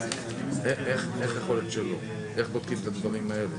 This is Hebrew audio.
אין להם שום אפשרות אחרת להרחיב את התא המשפחתי,